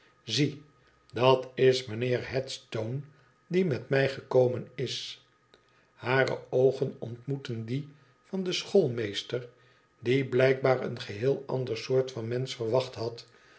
zie dat is mijnheer headstone die met mij gekomen is hare oogen ontmoetten die van den schoolmeester die blijkbaar een geheel ander soort van mensch verwacht had